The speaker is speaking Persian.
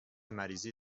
مریضی